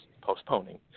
postponing